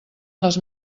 les